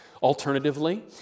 Alternatively